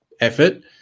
effort